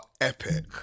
epic